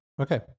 okay